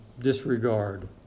disregard